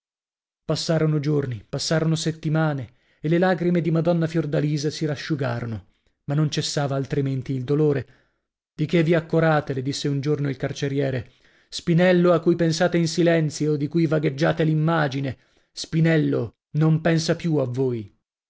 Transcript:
passarono giorni passarono settimane e le lagrime di madonna fiordalisa si rasciugarono ma non cessava altrimenti il dolore di che vi accorate le disse un giorno il suo carceriere spinello a cui pensate in silenzio di cui vagheggiate l'immagine spinello non pensa più a voi